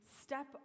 step